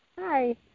Hi